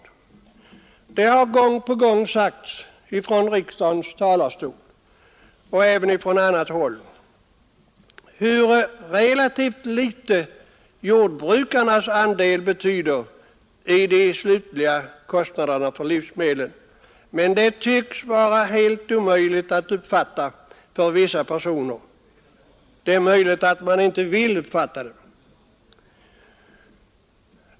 Det har gång på gång påvisats från riksdagens talarstol och även från annat håll hur relativt litet jordbrukarnas andel betyder i de slutliga kostnaderna för livsmedel. Men detta tycks vara helt omöjligt att fatta för vissa personer. Det är möjligt att man inte vill fatta det.